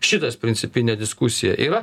šitas principine diskusija yra